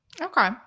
Okay